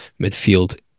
midfield